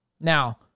Now